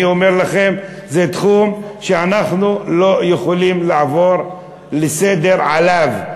אני אומר לכם: זה תחום שאנחנו לא יכולים לעבור עליו לסדר-היום,